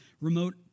remote